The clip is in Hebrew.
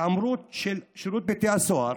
ההתעמרות של שירות בתי הסוהר